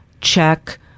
check